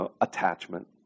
attachment